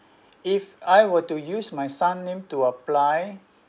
if I were to use my son name to apply